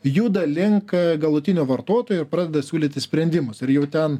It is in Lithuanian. juda link galutinio vartotojo ir pradeda siūlyti sprendimus ir jau ten